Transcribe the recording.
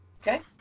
Okay